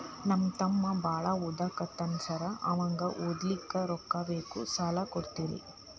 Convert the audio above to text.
ನಮ್ಮ ತಮ್ಮ ಬಾಳ ಓದಾಕತ್ತನ ಸಾರ್ ಅವಂಗ ಓದ್ಲಿಕ್ಕೆ ರೊಕ್ಕ ಬೇಕು ಸಾಲ ಕೊಡ್ತೇರಿ?